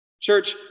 Church